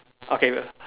okay will